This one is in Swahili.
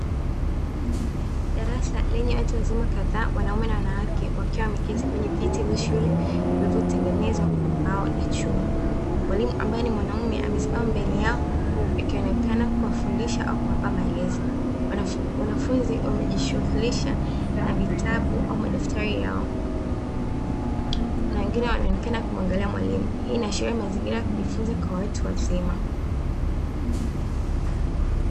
Darasa lenye watuwazima kadhaa wanaume na wanawake wakiwa wameketi kwenye viti vya shule vilivyotengenezwa kwa mbao na chuma, mwalimu ambaye ni mwanaume amesema mbele yako, ikionekana kuwafundisha au kuwapa maelezo, wamejishughulisha na vitabu ama daktari yao na wengine wanaonekana kumwangalia mwalimu hii inaashiria mazingira ya kujifunza kwa watu wazima.